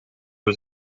was